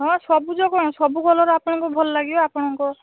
ହଁ ସବୁଜ କଣ ସବୁ କଲର୍ ଆପଣଙ୍କୁ ଭଲ ଲାଗିବ ଆପଣଙ୍କ